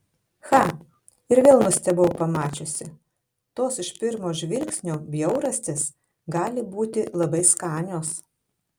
cha ir vėl nustebau pamačiusi tos iš pirmo žvilgsnio bjaurastys gali būti labai skanios